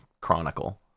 chronicle